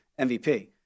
MVP